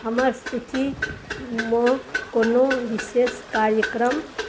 हमर सूचीमे कोनो विशेष कार्यक्रम